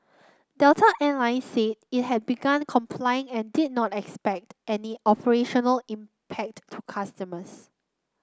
delta Air Line said it had begun complying and did not expect any operational impact to customers